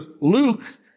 Luke